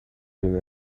than